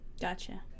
Gotcha